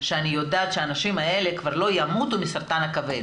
שאני יודעת שהאנשים האלה כבר לא ימותו מסרטן כבד.